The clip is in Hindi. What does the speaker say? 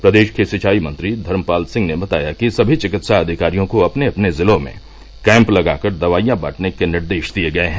प्रदेश के सिवाई मंत्री धर्मपाल सिंह ने बताया कि समी चिकित्सा अधिकारियों को अपने अपने जिलों में कैंप लगाकर दवाइयां बांटने के निर्देश दिये गये है